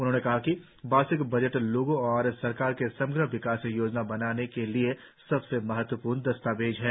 उन्होंने कहा कि वार्षिक बजट लोगों और सरकार के समग्र विकास योजना बनाने के लिए सबसे महत्वपूर्ण दस्तावेज है